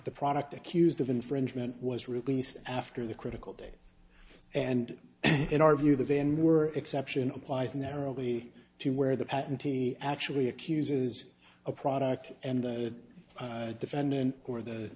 the product accused of infringement was released after the critical day and in our view the van were exception applies narrowly to where the patentee actually accuses a product and the defendant or the